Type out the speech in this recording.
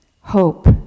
Hope